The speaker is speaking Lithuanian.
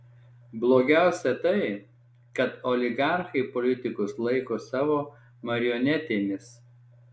blogiausia tai kad oligarchai politikus laiko savo marionetėmis